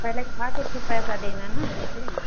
पहले खाके फिर पैसा देना न जैसे